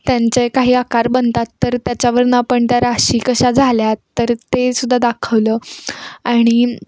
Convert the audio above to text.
त्यांचे काही आकार बनतात तर त्याच्यावरून आपण त्या राशी कशा झाल्यात तर ते सुद्धा दाखवलं आणि